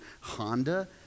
Honda